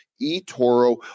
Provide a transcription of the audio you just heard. eToro